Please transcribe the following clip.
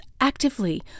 actively